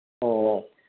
ꯑꯣ